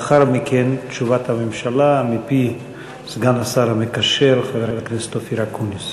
לאחר מכן תשובת הממשלה מפי סגן השר המקשר חבר הכנסת אופיר אקוניס.